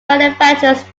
manufactures